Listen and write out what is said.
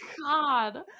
god